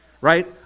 right